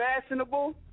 fashionable